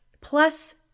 plus